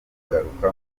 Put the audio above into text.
kugaruka